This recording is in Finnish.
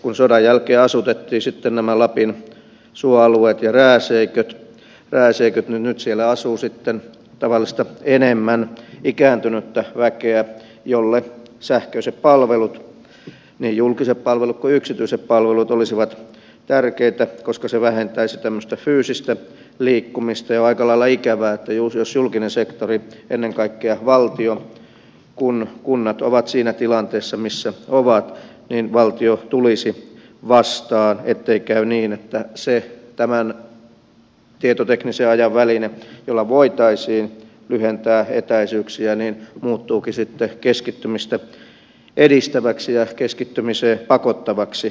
kun sodan jälkeen asutettiin sitten nämä lapin suoalueet ja rääseiköt niin nyt siellä asuu sitten tavallista enemmän ikääntynyttä väkeä jolle sähköiset palvelut niin julkiset palvelut kuin yksityisetkin palvelut olisivat tärkeitä koska ne vähentäisivät tämmöistä fyysistä liikkumista ja on aika lailla ikävää jos julkinen sektori ennen kaikkea valtio kun kunnat ovat siinä tilanteessa missä ovat ei tulisi vastaan ettei käy niin että se tämän tietoteknisen ajan väline jolla voitaisiin lyhentää etäisyyksiä muuttuukin sitten keskittymistä edistäväksi ja keskittymiseen pakottavaksi tekijäksi